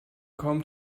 kaum